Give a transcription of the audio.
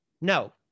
No